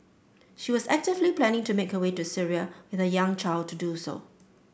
she was actively planning to make her way to Syria with her young child to do so